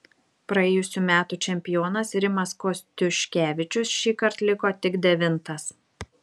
praėjusių metų čempionas rimas kostiuškevičius šįkart liko tik devintas